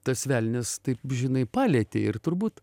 tas velnias taip žinai palietė ir turbūt